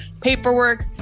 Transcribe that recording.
paperwork